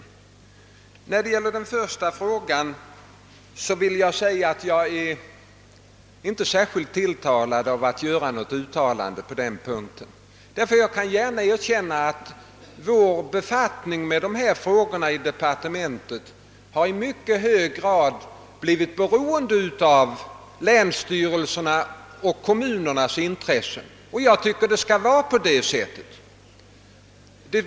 När det gäller den första frågan vill jag säga att jag inte är särskilt tilltalad av att göra något uttalande. Jag skall gärna erkänna att vår befattning med dessa frågor i departementet i mycket hög grad blivit beroende av länsstyrelsernas och kommunernas intressen, och jag tycker det skall vara på det sättet.